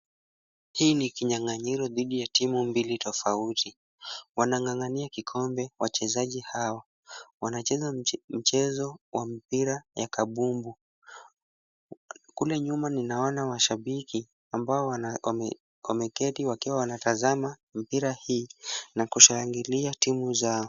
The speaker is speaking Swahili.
Hii ni kinyang'anyiro dhidi ya timu mbili tofauti. Wanang'ang'ania kikombe. Wachezaji hawa wanacheza mchezo wa mpira ya kabumbu. Kule nyuma ninaona washabiki ambao wameketi wakiwa wanatazama mpira hii na kushangilia timu zao.